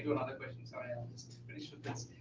another question. sorry, i just finished with this.